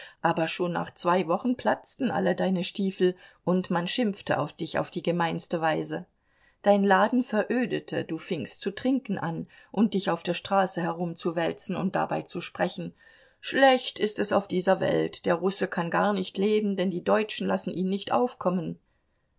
aber schon nach zwei wochen platzten alle deine stiefel und man schimpfte auf dich auf die gemeinste weise dein laden verödete du fingst zu trinken an und dich auf der straße herumzuwälzen und dabei zu sprechen schlecht ist es auf dieser welt der russe kann gar nicht leben denn die deutschen lassen ihn nicht aufkommen